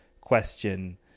question